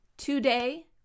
Today